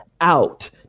out